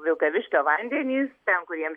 vilkaviškio vandenys ten kur jiems